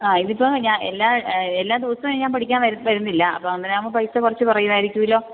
ആ ഇതിപ്പം എല്ലാ ദിവസവും ഞാൻ പഠിക്കാൻ വരുന്നില്ല അപ്പോൾ അങ്ങനെ ആകുമ്പോൾ പൈസ കുറച്ച് കുറയുവായിരിക്കുമല്ലോ